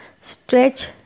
Stretch